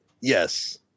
Yes